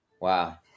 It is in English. Wow